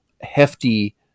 hefty